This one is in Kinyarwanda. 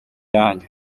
yanyu